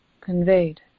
conveyed